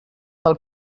del